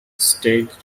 staged